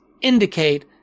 indicate